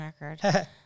record